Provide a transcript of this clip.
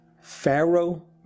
Pharaoh